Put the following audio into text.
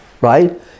right